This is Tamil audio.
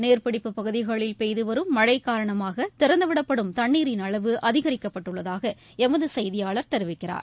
நீர்ப்பிடிப்பு பகுதிகளில் பெய்துவரும் மனழ காரணமாக திறந்துவிடப்படும் தண்ணீரின் அளவு அதிகரிக்கப்பட்டுள்ளதாக எமது செயதியாளர் தெரிவிக்கிறார்